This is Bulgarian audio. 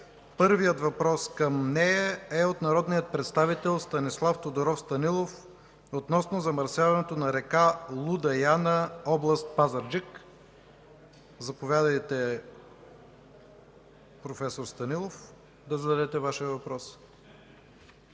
Първият въпрос към нея е от народния представител Станислав Тодоров Станилов относно замърсяването на река Луда Яна, област Пазарджик. Заповядайте, професор Станилов, да зададете Вашия въпрос.